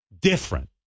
different